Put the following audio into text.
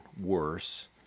worse